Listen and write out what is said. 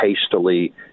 hastily